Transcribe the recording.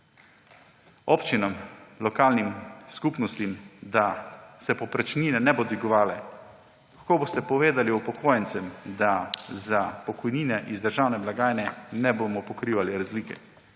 občinam, lokalnim skupnostim, da se povprečnine ne bodo dvigovale? Kako boste povedali upokojencem, da za pokojnine iz državne blagajne ne bomo pokrivali razlike?